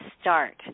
start